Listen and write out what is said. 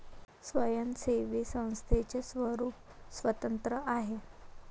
स्वयंसेवी संस्थेचे स्वरूप स्वतंत्र आहे